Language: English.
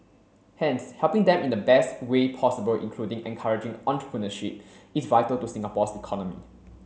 hence helping them in the best way possible including encouraging entrepreneurship is vital to Singapore's economy